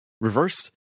reverse